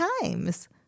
times